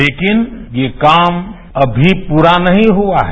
लेकिन ये काम अभी पूरा नहीं हुआ है